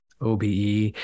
OBE